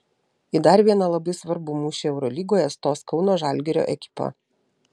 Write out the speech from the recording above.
į dar vieną labai svarbų mūšį eurolygoje stos kauno žalgirio ekipa